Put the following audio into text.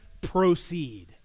proceed